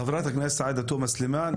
חברת הכנסת עאידה תומא סילמאן.